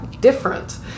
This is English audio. different